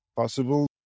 Possible